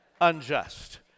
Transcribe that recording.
unjust